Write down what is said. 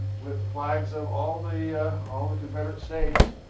with flags of all the all the confederate states.